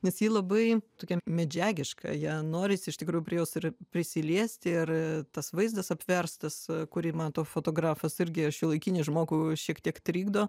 nes ji labai tokia medžiagiška ją norisi iš tikrųjų prie jos ir prisiliesti ir tas vaizdas apverstas kurį mato fotografas irgi šiuolaikinį žmogų šiek tiek trikdo